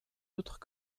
autres